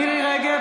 (קוראת בשמות חברות הכנסת) מירי מרים רגב,